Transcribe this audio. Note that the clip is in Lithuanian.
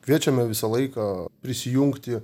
kviečiame visą laiką prisijungti